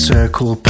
Circle